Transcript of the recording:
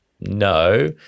no